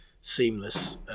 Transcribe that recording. seamless